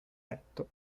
letto